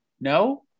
No